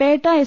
Pettah S